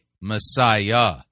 Messiah